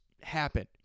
happen